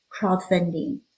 crowdfunding